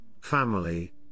family